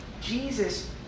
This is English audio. Jesus